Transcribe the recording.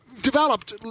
developed